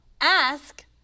Ask